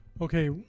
Okay